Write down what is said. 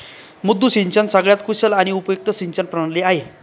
मुद्दू सिंचन सगळ्यात कुशल आणि उपयुक्त सिंचन प्रणाली आहे